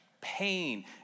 pain